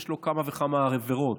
יש לו כמה וכמה עבירות.